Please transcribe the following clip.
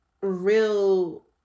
real